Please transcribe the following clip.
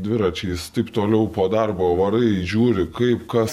dviračiais taip toliau po darbo varai žiūri kaip kas